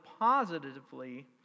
positively